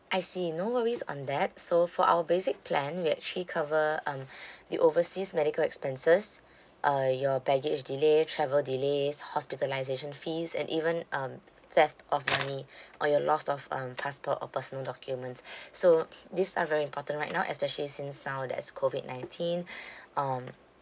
I see no worries on that so for our basic plan we actually cover um the overseas medical expenses uh your baggage delay travel delays hospitalisation fees and even um theft of money or your loss of um passport or personal documents so these are very important right now especially since now there is COVID nineteen um